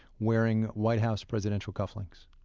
wearing white house presidential cufflinks.